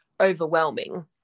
overwhelming